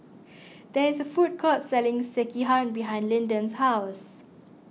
there is a food court selling Sekihan behind Linden's house